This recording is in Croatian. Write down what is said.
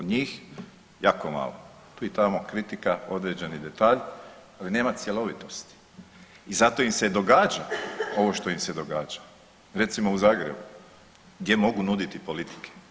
Njih, jako malo, tu i tamo kritika, određeni detalj, ali nema cjelovitosti i zato im se događa ovo što ih se događa, recimo u Zagrebu gdje mogu nuditi politike.